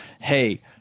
hey